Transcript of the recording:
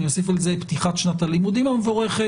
אני אוסיף על זה את פתיחת שנת הלימודים המבורכת,